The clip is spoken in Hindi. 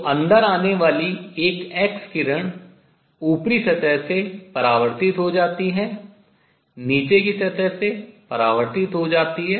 तो अंदर आने वाली एक एक्स किरण ऊपरी सतह से परावर्तित हो जाती है नीचे की सतह से परावर्तित हो जाती है